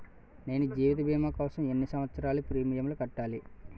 నేను జీవిత భీమా కోసం ఎన్ని సంవత్సారాలు ప్రీమియంలు కట్టాలి?